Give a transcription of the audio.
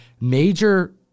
major